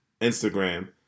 Instagram